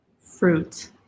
fruit